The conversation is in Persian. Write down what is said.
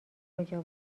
کجا